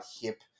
hip